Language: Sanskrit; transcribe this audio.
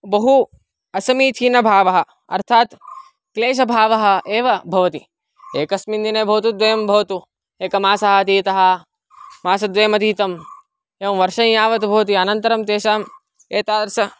बहु असमीचीनभावः अर्थात् क्लेशभावः एव भवति एकस्मिन् दिने भवतु द्वयं भवतु एकमासः अतीतः मासद्वयमतीतम् एवं वर्षँय्यावत् भवति अनन्तरं तेषाम् एतादृशं